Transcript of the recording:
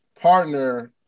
partner